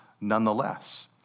nonetheless